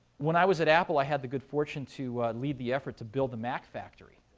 when i was at apple, i had the good fortune to lead the effort to build a mac factory.